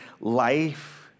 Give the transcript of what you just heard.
life